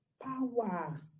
Power